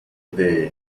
idee